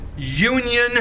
union